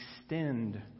extend